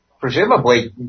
presumably